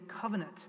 covenant